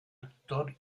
actor